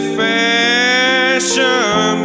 fashion